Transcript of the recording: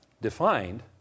defined